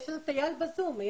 יש לנו את אייל מדן בזום.